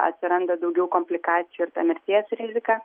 atsiranda daugiau komplikacijų ir ta mirties rizika